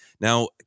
Now